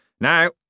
Now